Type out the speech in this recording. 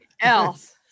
else